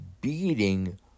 beating